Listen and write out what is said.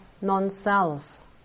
non-self